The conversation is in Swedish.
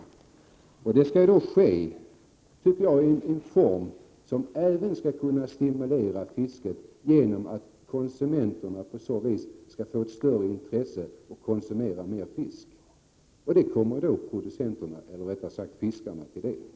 Jag tycker dock att det skall ske i sådan form att fisket därigefiom stimuleras. Om återbetalningen görs på ett sådant sätt att konsumenterna får intresse av att konsumera mer fisk, kommer detta också fiskarna till godo.